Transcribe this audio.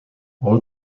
all